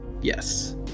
Yes